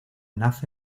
nace